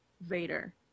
Vader